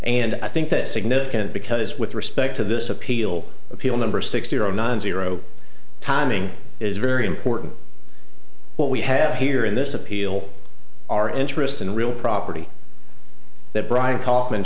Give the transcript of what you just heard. and i think that's significant because with respect to this appeal appeal number six zero nine zero timing is very important what we have here in this appeal are interest and real property that brian kaufman